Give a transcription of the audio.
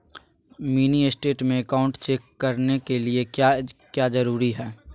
Mini state में account check करने के लिए क्या क्या जरूरी है?